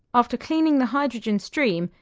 after cleaning the hydrogen stream,